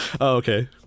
okay